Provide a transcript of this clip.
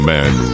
Man